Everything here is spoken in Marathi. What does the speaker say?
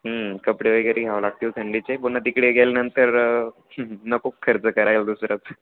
कपडे वगैरे घ्याव लागतील थंडीचे पुन्हा तिकडे गेल्यानंतर नको खर्च करायला दुसरंच